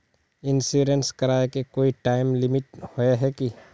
Insurance कराए के कोई टाइम लिमिट होय है की?